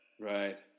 Right